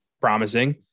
promising